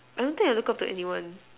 I don't think I look up to anyone